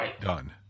done